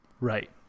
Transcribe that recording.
Right